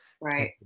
Right